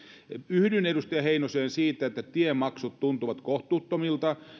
yhdyn edustaja heinoseen siinä että tiemaksut tuntuvat kohtuuttomilta